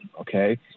okay